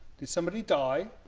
did somebody die